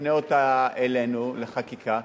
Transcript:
מפנה אותה אלינו לחקיקה,